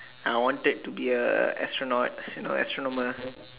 I wanted to be a astronaut since I actual normal